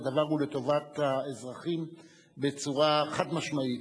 הדבר הוא לטובת האזרחים בצורה חד-משמעית.